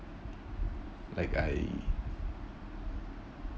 like I